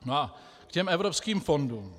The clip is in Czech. A k těm evropským fondům.